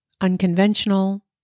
unconventional